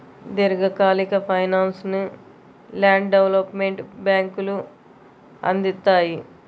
దీర్ఘకాలిక ఫైనాన్స్ను land development బ్యేంకులు అందిత్తాయి